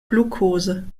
glukose